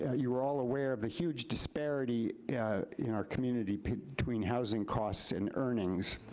ah you are all aware of the huge disparity in our community between housing costs and earnings.